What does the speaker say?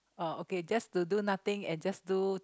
uh okay just to do nothing and just do